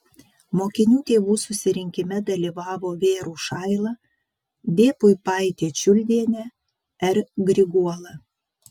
mokinių tėvų susirinkime dalyvavo v rušaila d puipaitė čiuldienė r griguola